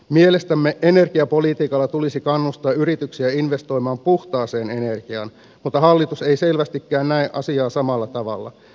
mielestämme energiapolitiikalla tulisi kannustaa yrityksiä investoimaan puhtaaseen energiaan mutta hallitus ei selvästikään näe asiaa samalla tavalla